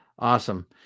Awesome